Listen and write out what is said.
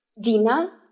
Dina